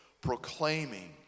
proclaiming